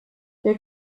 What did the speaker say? der